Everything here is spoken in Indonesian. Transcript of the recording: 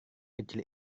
kecil